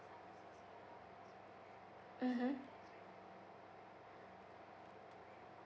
mmhmm